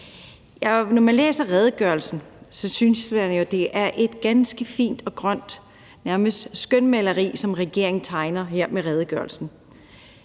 Når man læser redegørelsen, synes man jo, det er et ganske fint og grønt nærmest skønmaleri, som regeringen tegner her. Det er